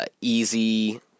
easy